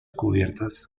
cubiertas